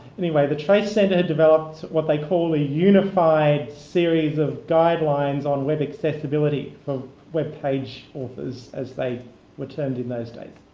anyway, the trace center had developed what they called a unified series of guidelines on web accessibility, or web page offers as they were termed in those days.